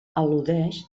al·ludeix